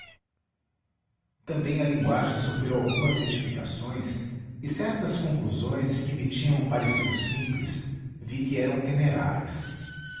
também a linguagem sofreu algumas retificações e certas conclusões que me tinham parecido simples vi que eram temerárias